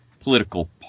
political